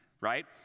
right